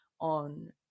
on